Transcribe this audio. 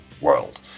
world